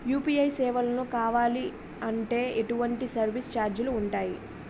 UPI సేవలను కావాలి అంటే ఎటువంటి సర్విస్ ఛార్జీలు ఉంటాయి?